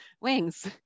wings